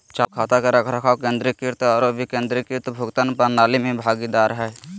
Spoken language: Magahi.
चालू खाता के रखरखाव केंद्रीकृत आरो विकेंद्रीकृत भुगतान प्रणाली में भागीदार हइ